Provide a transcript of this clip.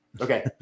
Okay